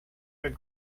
but